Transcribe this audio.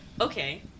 okay